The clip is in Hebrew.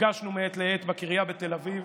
נפגשנו מעת לעת בקריה בתל אביב,